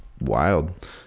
wild